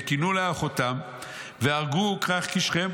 וקינאו לאחותם והרגו כרך כשכם,